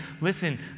listen